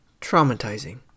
Traumatizing